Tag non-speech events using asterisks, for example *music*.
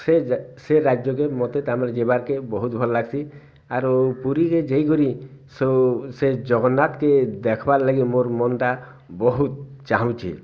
ସେ ଯେ ସେ ରାଜ୍ୟ କେ ମୋତେ ତାର୍ମାନେ ଯିବାର୍ କେ ବହୁତ୍ ଭଲ୍ ଲାଗ୍ସି ଆରୁ ପୁରୀ କେ ଜେଇ କରି *unintelligible* ସେ ଜଗନ୍ନାଥ୍ କେ ଦେଖବାର୍ ଲାଗି ମୋର ମନ୍ ଟା ବହୁତ୍ ଚାଁହୁଛେ